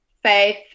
Faith